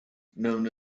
known